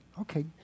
Okay